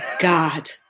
God